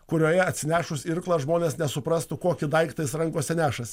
kurioje atsinešus irklą žmonės nesuprastų kokį daiktą jis rankose nešasi